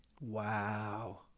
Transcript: Wow